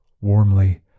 Warmly